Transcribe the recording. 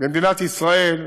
במדינת ישראל,